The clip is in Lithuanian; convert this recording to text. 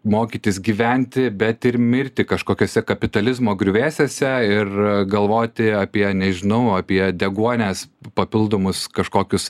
mokytis gyventi bet ir mirti kažkokiuose kapitalizmo griuvėsiuose ir galvoti apie nežinau apie deguonies papildomus kažkokius